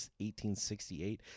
1868